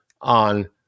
on